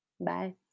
Bye